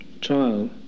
child